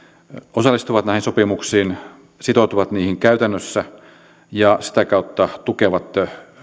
osallistuvat näihin sopimuksiin sitoutuvat niihin käytännössä ja sitä kautta tukevat